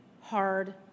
hard